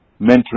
mentoring